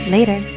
Later